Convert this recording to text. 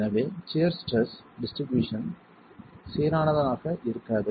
எனவே shear stress distribution சீரானதாக இருக்காது